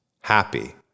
happy